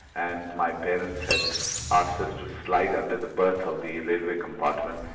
and my parents had asked us to slide under the berth of the railway compartments,